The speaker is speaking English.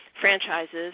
franchises